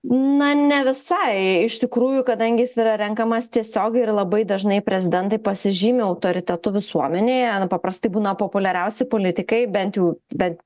na ne visai iš tikrųjų kadangi jis yra renkamas tiesiogiai ir labai dažnai prezidentai pasižymi autoritetu visuomenėje na paprastai būna populiariausi politikai bent jau bent